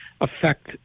affect